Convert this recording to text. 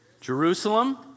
Jerusalem